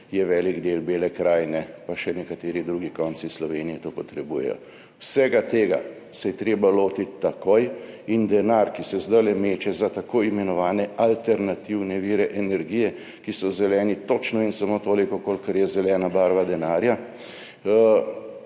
je velik del Bele krajine, pa še nekateri drugi konci Slovenije to potrebujejo. Vsega tega se je treba lotiti takoj. In denar, ki se zdaj meče za tako imenovane alternativne vire energije, ki so zeleni točno in samo toliko, kolikor je zelena barva denarja,